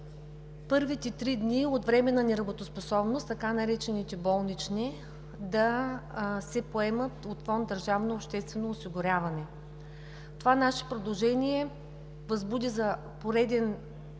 първите три дни от временна неработоспособност – така наречените болнични, да се поемат от фонд „Държавно обществено осигуряване“. Това наше предложение за пореден път